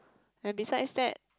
and besides that